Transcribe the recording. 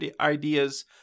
ideas